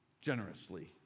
generously